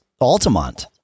Altamont